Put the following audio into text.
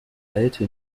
alte